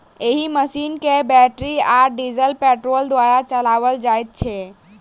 एहि मशीन के बैटरी आ डीजल पेट्रोल द्वारा चलाओल जाइत छै